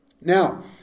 Now